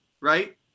right